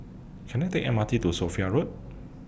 Can I Take M R T to Sophia Road